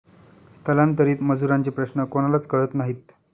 स्थलांतरित मजुरांचे प्रश्न कोणालाच कळत नाही